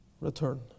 return